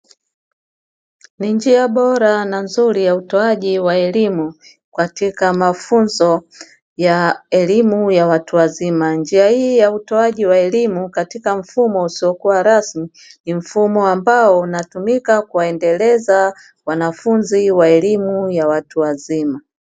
Ni njia bora na nzuri ya utoaji wa elimu katika mafunzo ya elimu ya watu wazima, njia hii ya utoaji wa elimu katika mfumo usio kuwa rasmi ni mfumo ambao unatumika kuwaendeleza wanafunzi wa elimu ya watu wazima.